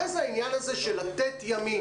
מה זה העניין הזה של לתת ימים?